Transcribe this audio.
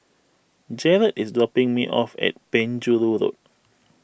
Jarett is dropping me off at Penjuru Road